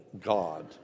God